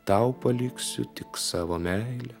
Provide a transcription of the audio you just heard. tau paliksiu tik savo meilę